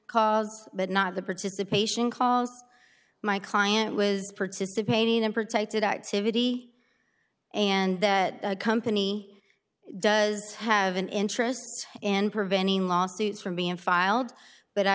calls but not the participation calls my client was participating in a protected activity and that company does have an interest in preventing lawsuits from being filed but i